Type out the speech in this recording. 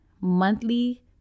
monthly